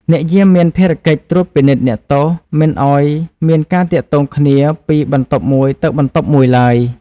អ្នកយាមមានភារកិច្ចត្រួតពិនិត្យអ្នកទោសមិនឱ្យមានការទាក់ទងគ្នាពីបន្ទប់មួយទៅបន្ទប់មួយឡើយ។